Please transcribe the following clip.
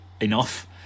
enough